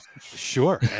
Sure